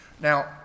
Now